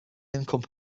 income